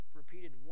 repeated